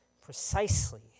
precisely